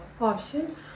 option